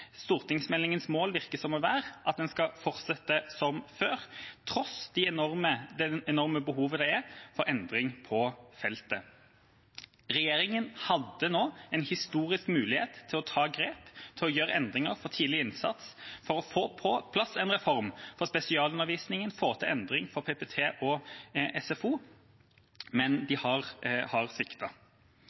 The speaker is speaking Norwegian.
mål virker å være at man skal fortsette som før, tross det enorme behovet det er for endring på feltet. Regjeringa hadde nå en historisk mulighet til å ta grep, til å gjøre endringer for tidlig innsats, til å få på plass en reform for spesialundervisningen og få til en endring for PPT og SFO, men de har sviktet. Jeg har